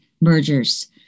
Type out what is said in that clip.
mergers